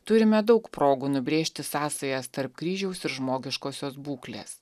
turime daug progų nubrėžti sąsajas tarp kryžiaus ir žmogiškosios būklės